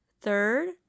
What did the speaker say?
third